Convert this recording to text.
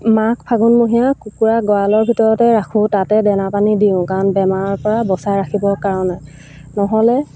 মাঘ ফাগুণমহীয়া কুকুৰা গড়ালৰ ভিতৰতে ৰাখোঁ তাতে দেনা পানী দিওঁ কাৰণ বেমাৰৰপৰা বচাই ৰাখিবৰ কাৰণে নহ'লে